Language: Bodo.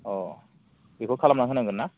अ' बेखौ खालामनानै होनांगोन ना